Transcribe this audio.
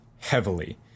heavily